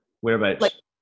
Whereabouts